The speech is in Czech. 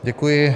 Děkuji.